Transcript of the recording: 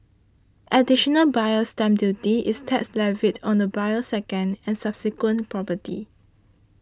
additional Buyer's Stamp Duty is tax levied on a buyer's second and subsequent property